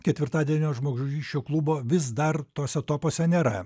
ketvirtadienio žmogžudysčių klubo vis dar tose topuose nėra